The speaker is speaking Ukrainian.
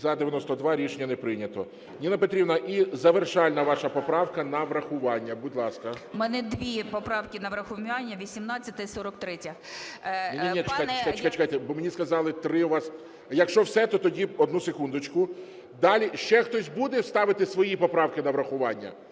За-92 Рішення не прийнято. Ніно Петрівно, і завершальна ваша поправка на врахування. Будь ласка. 11:02:26 ЮЖАНІНА Н.П. У мене дві поправки на врахування 18-а і 43-я. ГОЛОВУЮЧИЙ. Ні-ні, чекайте, чекайте, бо мені сказали три у вас. Якщо все, то тоді одну секундочку. Далі ще хтось буде ставити свої поправки на врахування?